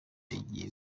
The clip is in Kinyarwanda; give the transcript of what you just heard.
igiye